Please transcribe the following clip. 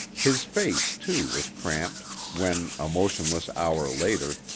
his face, too, was cramped when, a motionless hour later,